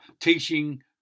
teaching